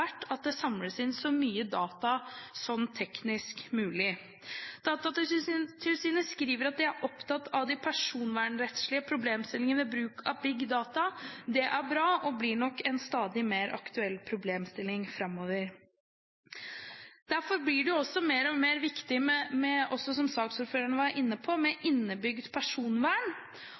vært at det samles inn så mye data som teknisk mulig. Datatilsynet skriver at de er opptatt av de personvernrettslige problemstillingene ved bruk av Big Data. Det er bra, og det blir nok en stadig mer aktuell problemstilling framover. Derfor blir det også mer og mer viktig, som også saksordføreren var inne på, med innebygd personvern,